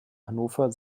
hannover